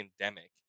pandemic